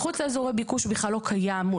מחוץ לאזורי הביקוש בכלל לא קיים.